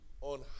on